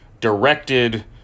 directed